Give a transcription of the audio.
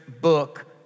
book